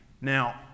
Now